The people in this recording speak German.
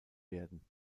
werden